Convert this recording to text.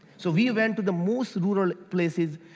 so we went to the most rural places.